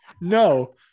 No